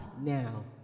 now